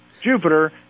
Jupiter